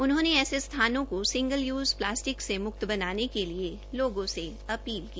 उन्होंने ऐसे स्थानों के सिंगल यूज प्लासिटक से मूक्त बनाने के लिए लोगों से अपील की